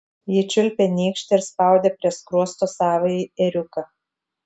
ji čiulpė nykštį ir spaudė prie skruosto savąjį ėriuką